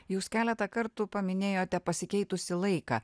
jūs keletą kartų paminėjote pasikeitusį laiką